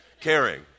caring